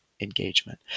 engagement